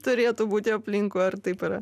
turėtų būti aplinkui ar taip yra